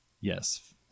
Yes